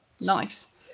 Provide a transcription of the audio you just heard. Nice